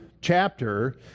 chapter